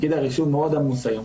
פקיד הרישום מאוד עמוס היום.